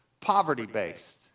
poverty-based